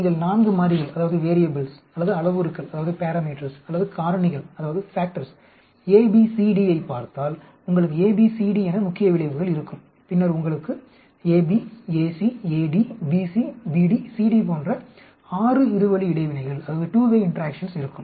நீங்கள் 4 மாறிகள் அல்லது அளவுருக்கள் அல்லது காரணிகள் A B C D ஐப் பார்த்தால் உங்களுக்கு A B C D என முக்கிய விளைவுகள் இருக்கும் பின்னர் உங்களுக்கு AB AC AD BC BD CD போன்ற 6 இரு வழி இடைவினைகள் இருக்கும்